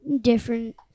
different